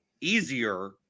easier